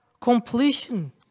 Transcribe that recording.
completion